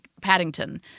Paddington